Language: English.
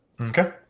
okay